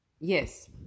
yes